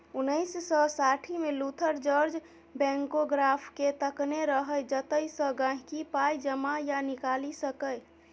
उन्नैस सय साठिमे लुथर जार्ज बैंकोग्राफकेँ तकने रहय जतयसँ गांहिकी पाइ जमा या निकालि सकै